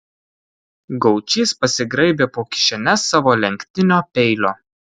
gaučys pasigraibė po kišenes savo lenktinio peilio